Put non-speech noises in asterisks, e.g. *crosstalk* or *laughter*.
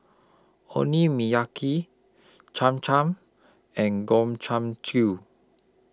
*unintelligible* Cham Cham and Gobchang *unintelligible*